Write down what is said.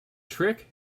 trick